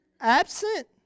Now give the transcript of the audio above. Absent